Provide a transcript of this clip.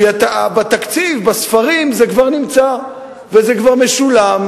כי בתקציב, בספרים, זה כבר נמצא וזה כבר משולם,